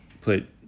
put